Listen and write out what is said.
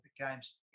Games